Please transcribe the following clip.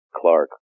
Clark